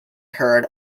heard